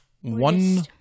One